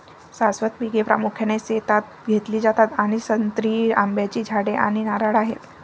शाश्वत पिके प्रामुख्याने शेतात घेतली जातात आणि संत्री, आंब्याची झाडे आणि नारळ आहेत